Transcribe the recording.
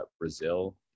Brazil